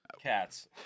Cats